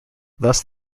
thus